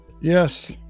Yes